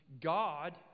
God